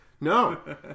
No